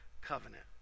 covenant